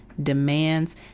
Demands